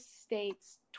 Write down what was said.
state's